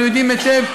אנחנו יודעים היטב.